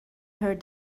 heard